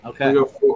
okay